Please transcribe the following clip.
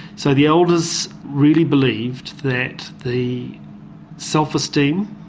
so the elders really believed that the self-esteem,